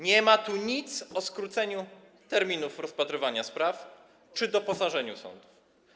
Nie ma tu nic o skróceniu terminów rozpatrywania spraw czy doposażeniu sądów.